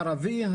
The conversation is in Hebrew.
הערבי,